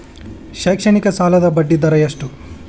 ಶೈಕ್ಷಣಿಕ ಸಾಲದ ಬಡ್ಡಿ ದರ ಎಷ್ಟು?